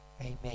Amen